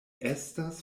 estas